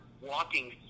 walking